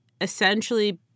essentially